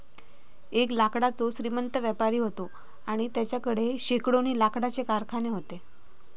एक लाकडाचो श्रीमंत व्यापारी व्हतो आणि तेच्याकडे शेकडोनी लाकडाचे कारखाने व्हते